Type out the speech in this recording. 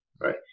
Right